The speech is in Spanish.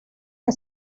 que